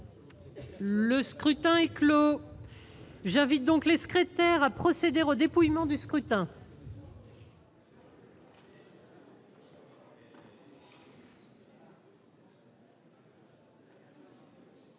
Le scrutin est clos. J'invite Mmes et MM. les secrétaires à procéder au dépouillement du scrutin.